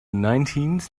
nineteenth